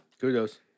kudos